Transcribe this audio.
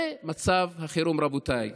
זה מצב החירום, רבותיי.